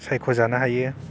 सायख'जानो हायो